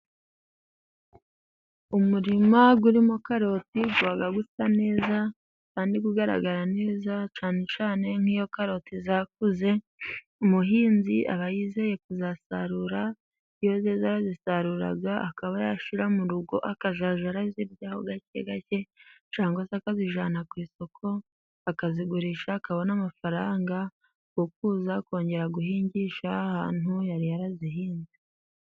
Umurima urimo karoti uba usa neza kandi ugaragara neza, cyane cyane nk'iyo karoti zakuze, umuhinzi aba yizeye kuzasarura. Iyo zeze arazisarura akaba yashyira mu rugo, akazajya azirya gake gake, cyangwa akazijyana ku isoko, akazigurisha, akabona amafaranga yo kuzongera guhingisha ahantu yari yarazihinze.